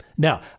Now